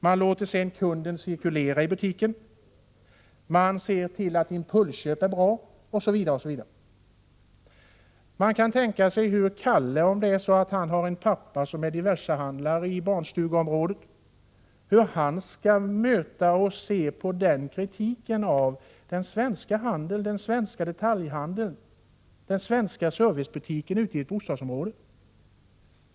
Man låter sedan kunden cirkulera i butiken. Man ser till att impulsköp är bra osv. Man kan tänka sig hur Kalle, om han har en pappa som är diversehandlare i barnstugeområdet, skall möta och se på denna kritik av den svenska detaljhandeln, den svenska servicebutiken ute i ett bostadsområde.